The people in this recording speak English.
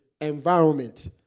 environment